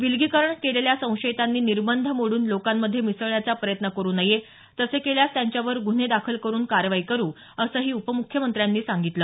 विलगीकरण केलेल्या संशयितांनी निर्बंध मोडून लोकांमध्ये मिसळण्याचा प्रयत्न करु नये तसे केल्यास त्यांच्यावर गुन्हे दाखल करुन कारवाई करु असंही उपमुख्यमंत्र्यांनी सांगितलं